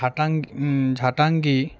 ঝাটাং ঝাটাঙ্গি